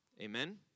Amen